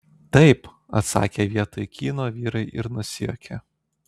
taip atsakė vietoj kyno vyrai ir nusijuokė